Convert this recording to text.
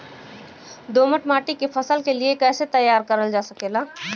दोमट माटी के फसल के लिए कैसे तैयार करल जा सकेला?